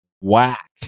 whack